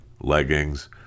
leggings